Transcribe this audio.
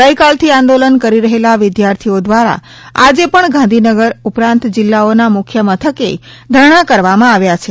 ગઇકાલથી આંદોલન કરી રહેલા વિદ્યાર્થીઓ દ્વારા આજે પણ ગાંધીનગર ઉપરાંત જિલ્લાઓના મુખ્યમથકે ધરણા કરવામાં આવ્યા છે